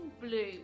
blue